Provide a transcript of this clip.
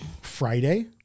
Friday